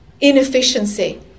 inefficiency